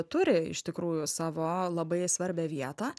turi iš tikrųjų savo labai svarbią vietą